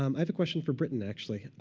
um i have a question for brittain, actually.